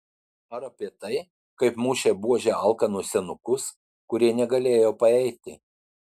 ar apie tai kaip mušė buože alkanus senukus kurie negalėjo paeiti